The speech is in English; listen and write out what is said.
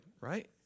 right